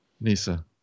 Nisa